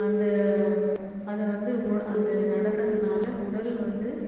அந்த அது வந்து உ அந்த நடனத்துனால் உடல் வந்து